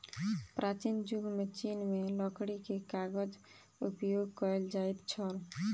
प्राचीन युग में चीन में लकड़ी के कागज उपयोग कएल जाइत छल